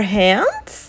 hands